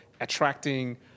attracting